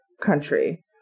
country